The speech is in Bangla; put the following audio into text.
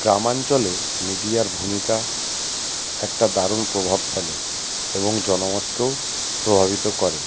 গ্রামাঞ্চলে মিডিয়ার ভূমিকা একটা দারুণ প্রভাব ফেলে এবং জনমতকেও প্রভাবিত করে